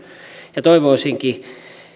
ja toivoisinkin